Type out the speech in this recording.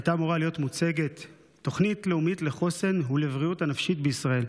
הייתה אמורה להיות מוצגת תוכנית לאומית לחוסן ולבריאות הנפשית בישראל,